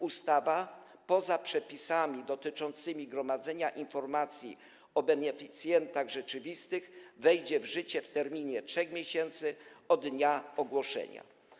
Ustawa, poza przepisami dotyczącymi gromadzenia informacji o beneficjentach rzeczywistych, wejdzie w życie w terminie 3 miesięcy od dnia ogłoszenia.